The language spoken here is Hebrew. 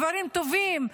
דברים טובים,